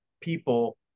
people